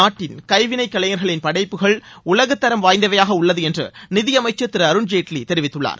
நாட்டின் கைவினைக்கலைஞர்களின் படைப்புகள் உலகத்தரம் வாய்ந்தவையாக உள்ளது என்று நிதியமைச்சர் திரு அருண்ஜேட்வி தெரிவித்துள்ளார்